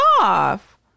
off